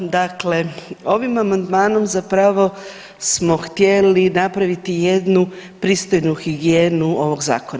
Dakle, ovim amandmanom zapravo smo htjeli napraviti jednu pristojnu higijenu ovog zakona.